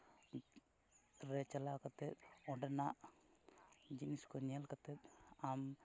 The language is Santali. ᱨᱮ ᱪᱟᱞᱟᱣ ᱠᱟᱛᱮᱫ ᱚᱸᱰᱮᱱᱟᱜ ᱡᱤᱱᱤᱥ ᱠᱚ ᱧᱮᱞ ᱠᱟᱛᱮᱫ ᱟᱢ